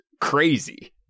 crazy